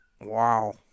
Wow